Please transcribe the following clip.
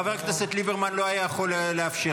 לחבר הכנסת ליברמן לא היה ניתן לאפשר.